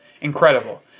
incredible